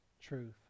truth